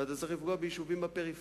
ואתה צריך לפגוע ביישובים בפריפריה.